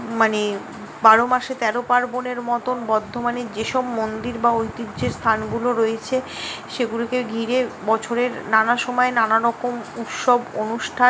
মানে বারো মাসে তেরো পার্বণের মতন বর্ধমানের যেসব মন্দির বা ঐতিহ্যের স্থানগুলো রয়েছে সেগুলোকে ঘিরে বছরের নানা সময় নানা রকম উৎসব অনুষ্ঠান